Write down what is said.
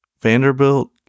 Vanderbilt